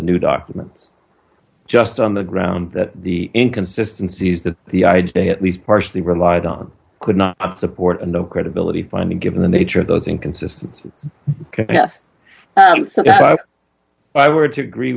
the new documents just on the grounds that the inconsistency is that the i'd say at least partially relied on could not support a no credibility finding given the nature of those inconsistent i were to agree